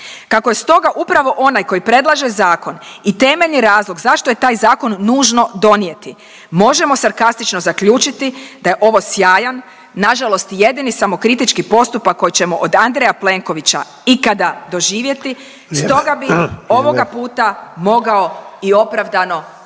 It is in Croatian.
Kako je stoga upravo onaj koji predlaže zakon i temeljni razlog zašto je taj zakon nužno donijeti možemo sarkastično zaključiti da je ovo sjajan, nažalost i jedini samokritički postupak koji ćemo od Andreja Plenkovića ikada doživjeti. Stoga bi…/Upadica Sanader: Vrijeme,